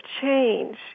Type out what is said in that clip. change